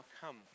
come